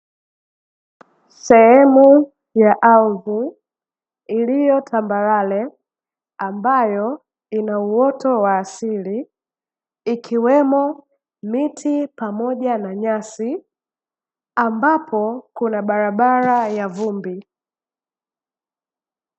Sehemu ya ardhi iliyotambarare ambayo ina uoto wa asili ikiwemo miti pamoja na nyasi, ambapo kuna barabara ya vumbi.